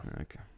Okay